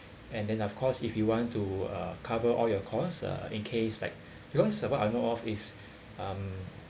and then of course if you want to cover uh all your cost uh in case like because uh what I know of is um